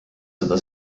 seda